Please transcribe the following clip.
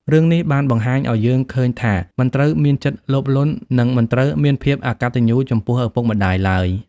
រឿងនេះបានបង្ហាញអោយយើងឃើញថាមិនត្រូវមានចិត្តលោភលន់ និងមិនត្រូវមានភាពអកត្តញ្ញូចំពោះឪពុកម្ដាយឡើយ។